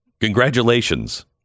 Congratulations